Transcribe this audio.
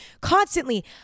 constantly